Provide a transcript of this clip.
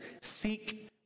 seek